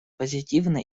позитивно